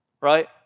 right